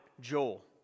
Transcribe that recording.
Joel